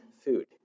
food